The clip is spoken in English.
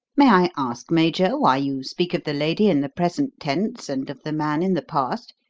may i ask, major, why you speak of the lady in the present tense and of the man in the past?